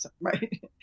right